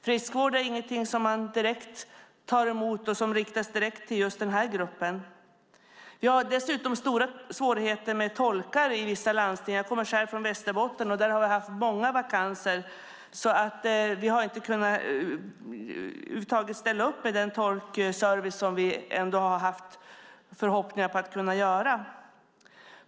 Friskvård är inget som man direkt tar emot och som riktas direkt till den här gruppen. Det finns stora svårigheter med tolkar i vissa landsting. Jag kommer själv från Västerbotten. Där har det varit många vakanser, och därför har vi inte kunnat ställa upp med den tolkservice vi har haft förhoppningar om att ge.